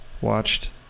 Watched